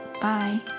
Bye